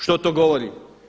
Što to govori?